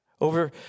Over